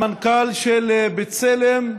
המנכ"ל של בצלם,